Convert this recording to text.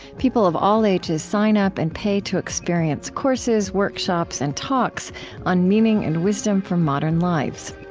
people of all ages sign up and pay to experience courses, workshops, and talks on meaning and wisdom for modern lives.